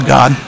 God